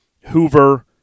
Hoover